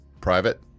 private